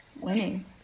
Winning